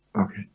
Okay